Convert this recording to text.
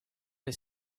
his